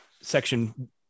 section